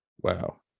wow